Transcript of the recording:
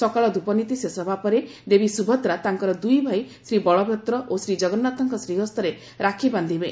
ସକାଳ ଧୂପ ନୀତି ଶେଷ ହେବା ପରେ ଦେବୀ ସୁଭଦ୍ରା ତାଙ୍କର ଦୁଇଭାଇ ଶ୍ରୀବଳଭଦ୍ର ଓ ଶ୍ରୀଜଗନ୍ନାଥଙ୍କ ଶ୍ରୀହସ୍ତରେ ରାକ୍ଷୀ ବାନ୍ଧିବେ